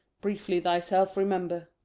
briefly thyself remember.